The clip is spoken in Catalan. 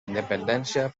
independència